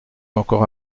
encore